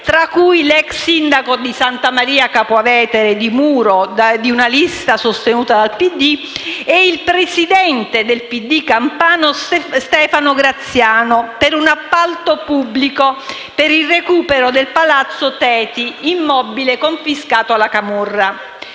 tra cui l'ex sindaco di Santa Maria Capua Vetere Di Muro, di una lista sostenuta dal PD, e il Presidente del PD campano Stefano Graziano, per un appalto pubblico per il recupero del palazzo Teti, immobile confiscato alla camorra.